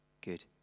Good